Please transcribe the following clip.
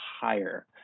higher